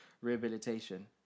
rehabilitation